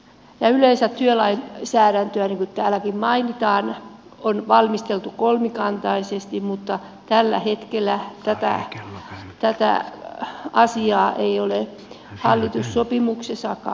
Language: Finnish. yleensä työlainsäädäntöä niin kuin täälläkin mainitaan on valmisteltu kolmikantaisesti mutta tällä hetkellä tätä asiaa ei ole hallitussopimuksessakaan kirjattu